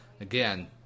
again